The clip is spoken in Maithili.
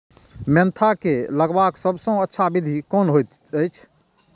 मेंथा के लगवाक सबसँ अच्छा विधि कोन होयत अछि?